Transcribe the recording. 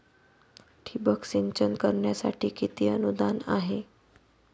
ठिबक सिंचन करण्यासाठी किती अनुदान आहे?